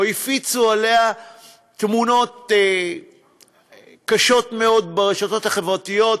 או הפיצו תמונות קשות מאוד שלהם ברשתות החברתיות.